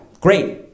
great